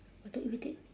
I thought you looking